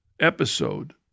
episode